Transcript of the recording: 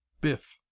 Biff